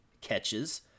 catches –